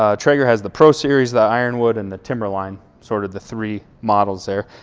ah traeger has the pro series the ironwood and the timberline sort of the three models there.